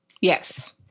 Yes